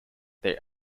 their